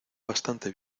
bastante